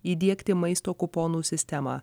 įdiegti maisto kuponų sistemą